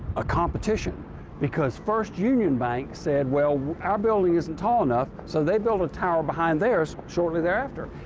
ah competition because first union bank said, well, our building isn't tall enough, so they build a tower behind theirs shortly thereafter.